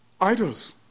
idols